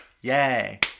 yay